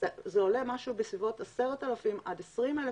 זה עולה בסביבות 10,000 שקלים עד 20,000